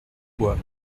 bois